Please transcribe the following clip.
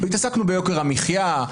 והתעסקנו ביוקר המחיה,